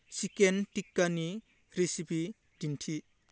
chicken टिक्कानि recipe दिन्थि